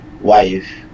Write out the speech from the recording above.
wife